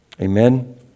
Amen